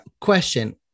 question